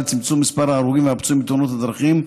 לצמצום מספר ההרוגים והפצועים בתאונות הדרכים.